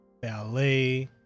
ballet